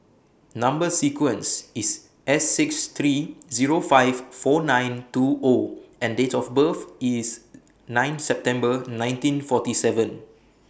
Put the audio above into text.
Number sequence IS S six three Zero five four nine two O and Date of birth IS nine September nineteen forty seven